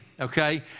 okay